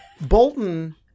Bolton –